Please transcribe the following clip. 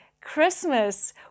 Christmas